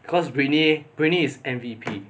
cause britney britney is M_V_P